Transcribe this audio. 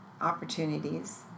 opportunities